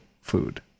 food